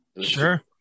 Sure